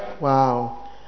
Wow